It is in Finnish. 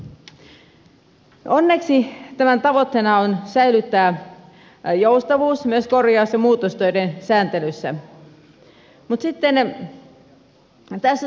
onneksi tämän tavoitteena on säilyttää joustavuus myös korjaus ja muutostöiden sääntelyssä